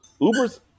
uber's